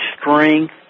strength